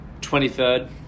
23rd